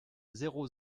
zéro